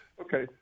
Okay